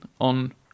on